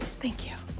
thank you.